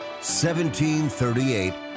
1738